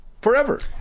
Forever